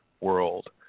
world